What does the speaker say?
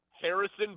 Harrison